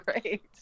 Great